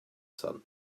sun